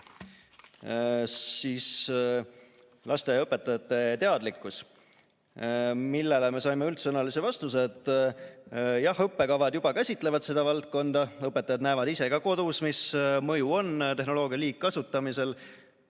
lasteaiaõpetajate teadlikkus. Sellele me saime üldsõnalise vastuse, et jah, õppekavad käsitlevad seda valdkonda, õpetajad näevad ise ka kodus, mis mõju on tehnoloogia liigkasutamisel.